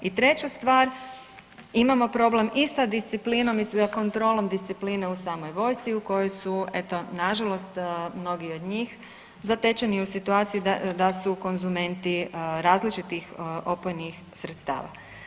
I treća stvar, imamo problem i sa disciplinom i sa kontrolom discipline u samoj vojsci u kojoj su eto nažalost mnogi od njih zatečeni u situaciji da su konzumenti različitih opojnih sredstava.